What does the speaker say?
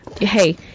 Hey